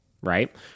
right